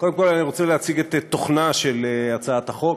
קודם כול אני רוצה להציג את תוכנה של הצעת החוק.